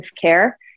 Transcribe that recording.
care